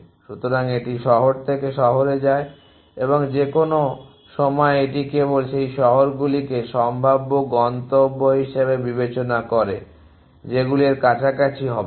সুতরাং এটি শহর থেকে শহরে যায় এবং যে কোনও সময়ে এটি কেবল সেই শহরগুলিকে সম্ভাব্য গন্তব্য হিসাবে বিবেচনা করে যেগুলি এর কাছাকাছি হবে না